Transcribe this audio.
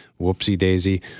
whoopsie-daisy